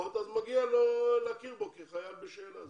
מגיע לו שיכירו בו כחייל שיצא בשאלה.